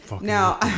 Now